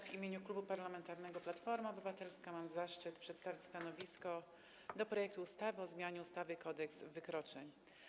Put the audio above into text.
W imieniu Klubu Parlamentarnego Platforma Obywatelska mam zaszczyt przedstawić stanowisko wobec projektu ustawy o zmianie ustawy Kodeks wykroczeń.